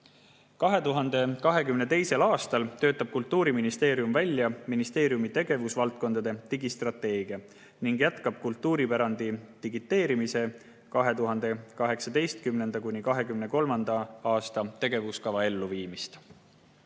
2022. aastal töötab Kultuuriministeerium välja ministeeriumi tegevusvaldkondade digistrateegia ning jätkab kultuuripärandi digiteerimise 2018.–2023. aasta tegevuskava elluviimist.